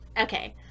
Okay